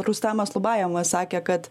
rustemas lubajevas sakė kad